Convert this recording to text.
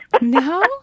No